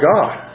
God